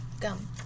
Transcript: gum